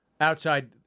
outside